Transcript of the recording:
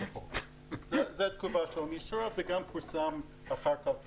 החוק." זאת התגובה של המשרד וזה גם פורסם אחר כך בעיתונות.